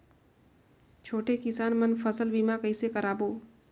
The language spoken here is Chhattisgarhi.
छोटे किसान मन फसल बीमा कइसे कराबो?